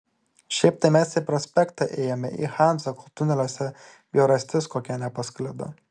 šiaip tai mes į prospektą ėjome į hanzą kol tuneliuose bjaurastis kokia nepasklido